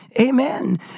Amen